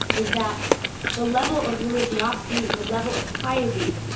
is that the level of religiosity, the level of piety,